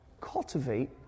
cultivate